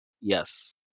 Yes